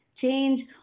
change